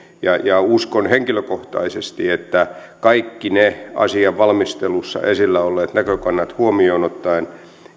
uskon henkilökohtaisesti että kaikki ne asian valmistelussa esillä olleet näkökannat huomioon ottaen